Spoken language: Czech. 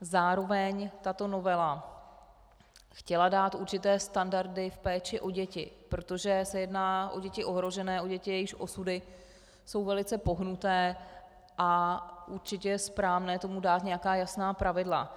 Zároveň tato novela chtěla dát určité standardy v péči o děti, protože se jedná o děti ohrožené, o děti, jejichž osudy jsou velice pohnuté, a určitě je správné dát tomu nějaká jasná pravidla.